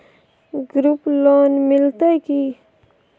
Group loan मिलतै की?